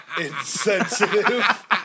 Insensitive